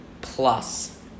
plus